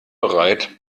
bereit